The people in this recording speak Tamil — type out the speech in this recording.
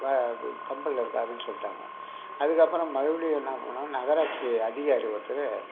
கம்பெனியில் இருக்காருன்னு சொல்லிட்டாங்க அதுக்கப்புறம் மறுபடியும் என்ன பண்ணோம் நகராட்சி அதிகாரி ஒருத்தர்